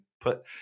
put